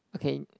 okay